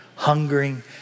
Hungering